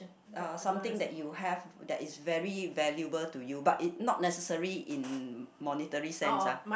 uh something that you have that is very valuable to you but it not necessary in monetary sense ah